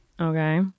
Okay